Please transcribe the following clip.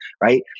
right